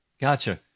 gotcha